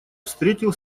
встретил